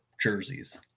jerseys